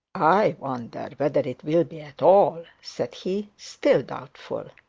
i wonder whether it will be at all said he, still doubtful.